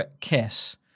kiss